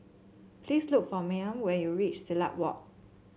please look for Mayme when you reach Silat Walk